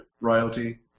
Royalty